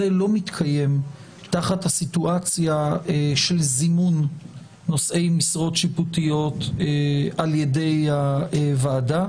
לא מתקיים תחת הסיטואציה של זימון נושאי משרות שיפוטיות ע"י הוועדה.